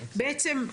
בעצם,